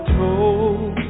told